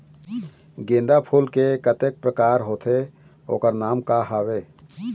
गेंदा फूल के कतेक प्रकार होथे ओकर नाम का हवे?